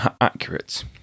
accurate